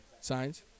Signs